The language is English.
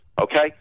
okay